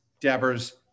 Devers